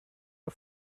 auf